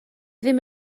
ddim